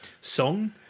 song